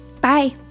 Bye